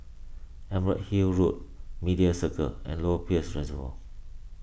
Emerald Hill Road Media Circle and Lower Peirce Reservoir